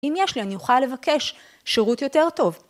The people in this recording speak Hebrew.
אם יש לי אני אוכל לבקש שירות יותר טוב.